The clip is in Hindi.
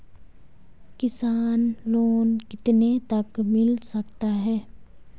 किसान लोंन कितने तक मिल सकता है?